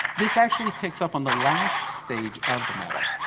this actually picks up on the last stage of the meta.